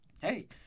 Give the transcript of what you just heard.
hey